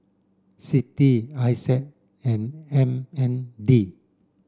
CITI Isa and M N D